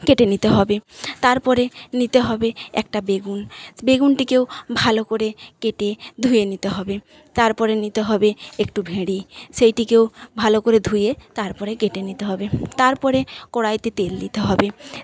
কেটে নিতে হবে তারপরে নিতে হবে একটা বেগুন বেগুনটিকেও ভালো করে কেটে ধুয়ে নিতে হবে তারপরে নিতে হবে একটু ভেড়ি সেইটিকেও ভালো করে ধুয়ে তারপরে কেটে নিতে হবে তারপরে কড়াইতে তেল দিতে হবে